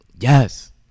yes